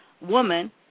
woman